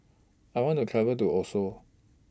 I want to travel to Oslo